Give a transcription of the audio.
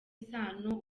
isano